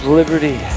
liberty